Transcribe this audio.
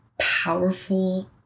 powerful